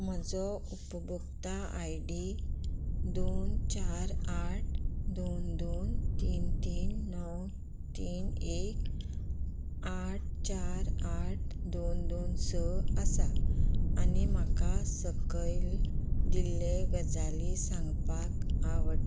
म्हजो उपभोक्ता I D दोन चार आठ दोन दोन तीन तीन णव तीन एक आठ चार आठ दोन दोन स आसा आनी म्हाका सकयल दिल्ले गजाली सांगपाक आवडटा